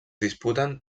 disputen